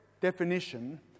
definition